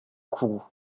kourou